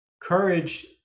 Courage